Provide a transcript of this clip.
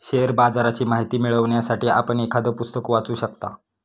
share बाजाराची माहिती मिळवण्यासाठी आपण एखादं पुस्तक वाचू शकता